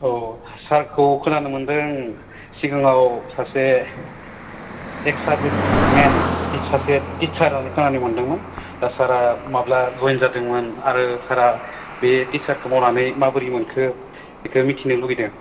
औ सारखौ खोनानो मोन्दों सिगाङाव सासे एक्स सार्भिसमेन सासे टिचार होननानै खोनानो मोन्दोंमोन दा सारआ माब्ला जइन जादोंमोन आरो सारआ बे टिचिंखौ मावनानै माबोरै मोनखो बेखौ मिथिनो लुबैदों